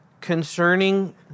concerning